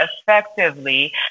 effectively